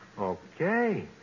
Okay